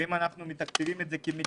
ואם אנחנו מתקצבים את זה כמדינה